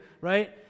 right